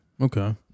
Okay